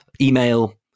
email